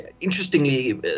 interestingly